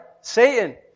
Satan